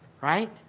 Right